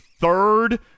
third